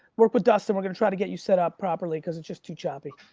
work with dustin, we're gonna try to get you set up properly, cause it's just too choppy.